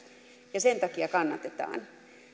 ja sen takia kannatetaan